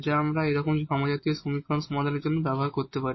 যা আমরা এইরকম একটি হোমোজিনিয়াস সমীকরণ সমাধানের জন্য ব্যবহার করতে পারি